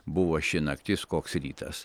buvo ši naktis koks rytas